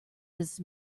this